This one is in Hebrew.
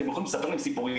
אתם יכולים לספר להם סיפורים,